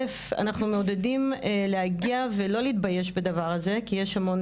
אנחנו מעודדים להגיע ולא להתבייש בדבר הזה כי יש המון